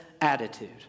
attitude